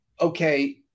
okay